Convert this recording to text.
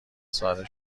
ساده